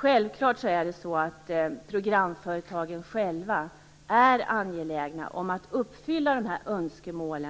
Självklart är programföretagen angelägna om att uppfylla de önskemål